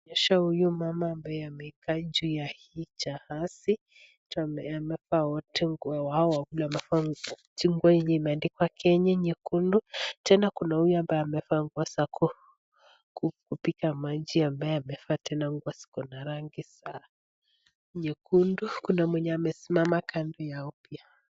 Inaonyesha huyu mama ambaye amekaa juu ya hii jahazi, hao wawili wamevaa nguo yenye imeandika Kenya nyekundu, tena kuna huyu ambaye amevaa nguo za kupiga maji ambaye amevaa tena nguo ziko na rangi ya nyekundu, kuna mwenye amesimama kando yao pia.